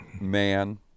Man